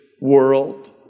world